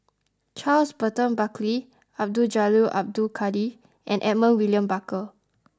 Charles Burton Buckley Abdul Jalil Abdul Kadir and Edmund William Barker